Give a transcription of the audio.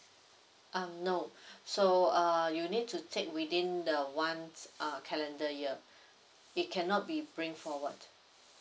um no so uh you need to take within the ones uh calendar year it cannot be bring forward